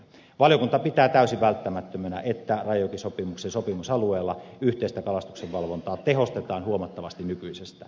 valiokunta pitää täysin välttämättömänä että rajajokisopimuksen sopimusalueella yhteistä kalastuksenvalvontaa tehostetaan huomattavasti nykyisestä